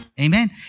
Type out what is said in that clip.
Amen